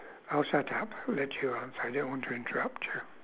I'll shut up let you answer I don't want to interrupt you